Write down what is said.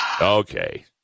Okay